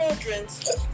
children's